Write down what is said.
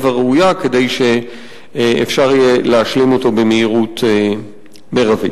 הראויה כדי שאפשר יהיה להשלים אותו במהירות המרבית.